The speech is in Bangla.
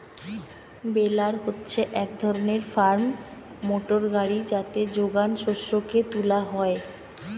বেলার হচ্ছে এক ধরণের ফার্ম মোটর গাড়ি যাতে যোগান শস্যকে তুলা হয়